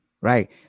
Right